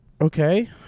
Okay